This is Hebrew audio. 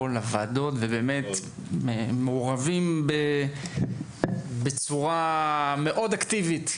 לוועדות ובאמת מעורבים בצורה מאוד אקטיבית,